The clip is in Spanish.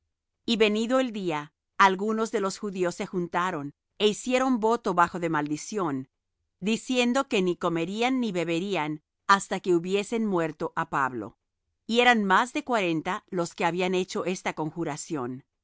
y venido el día algunos de los judíos se juntaron é hicieron voto bajo de maldición diciendo que ni comerían ni beberían hasta que hubiesen muerto á pablo y eran más de cuarenta los que habían hecho esta conjuración